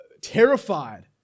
terrified